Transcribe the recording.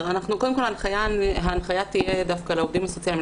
ההנחיה תהיה דווקא לעובדים הסוציאליים.